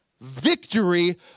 victory